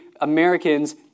Americans